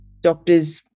doctors